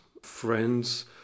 friends